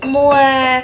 more